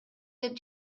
деп